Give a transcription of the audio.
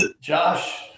josh